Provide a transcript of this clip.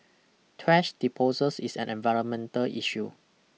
thrash disposals is an environmental issue